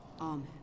Amen